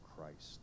Christ